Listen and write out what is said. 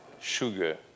sugar